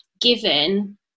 given